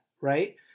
right